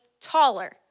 taller